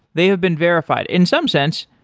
they have been verified. in some sense,